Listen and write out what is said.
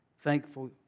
Thankful